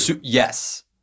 Yes